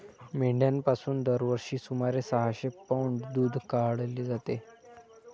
मेंढ्यांपासून दरवर्षी सुमारे सहाशे पौंड दूध काढले जाते